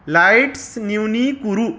lights न्यूनी कुरु